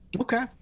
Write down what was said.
Okay